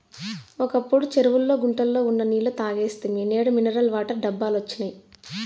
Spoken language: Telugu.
ఒకప్పుడు చెరువుల్లో గుంటల్లో ఉన్న నీళ్ళు తాగేస్తిమి నేడు మినరల్ వాటర్ డబ్బాలొచ్చినియ్